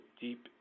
deep